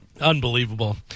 Unbelievable